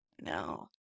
no